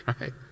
Right